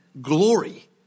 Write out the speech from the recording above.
glory